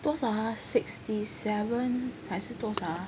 多少 ah sixty seven 还是多少 ah